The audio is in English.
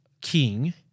king